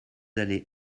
allez